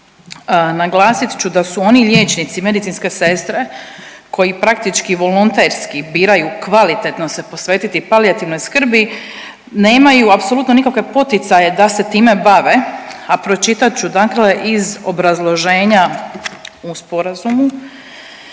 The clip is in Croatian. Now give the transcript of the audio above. Naglasit ću da su oni liječnici i medicinske sestre koje praktički volonterski biraju kvalitetno se posvetiti palijativnoj skrbi nemaju apsolutno nikakve poticaje da se time bave. A pročitat ću dakle iz obrazloženja u sporazumu